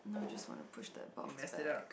no just wanna push that box back